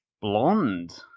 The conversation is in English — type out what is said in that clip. Blonde